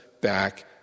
back